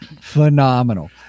Phenomenal